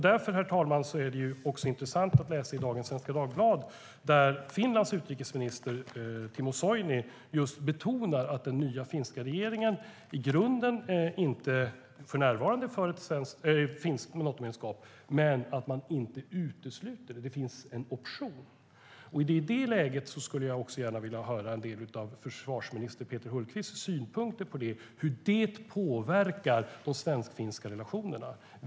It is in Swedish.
Därför, herr talman, är det också intressant att läsa dagens Svenska Dagbladet, där Finlands utrikesminister Timo Soini betonar att den nya finska regeringen i grunden inte för närvarande är för ett finskt Natomedlemskap, men att man inte utesluter det. Det finns en option. I det läget skulle jag också gärna vilja höra en del av försvarsminister Peter Hultqvists synpunkter på hur detta påverkar de svensk-finska relationerna.